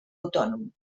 autònom